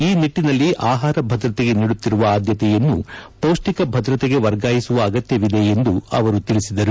ಈ ನಿಟ್ಟಿನಲ್ಲಿ ಆಹಾರ ಭದ್ರತೆಗೆ ನೀಡುತ್ತಿರುವ ಆದ್ಯತೆಯನ್ನು ಪೌಷ್ಪಿಕ ಭದ್ರತೆಗೆ ವರ್ಗಾಯಿಸುವ ಅಗತ್ಯವಿದೆ ಎಂದು ಅವರು ಹೇಳಿದ್ದಾರೆ